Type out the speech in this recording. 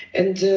and